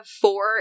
four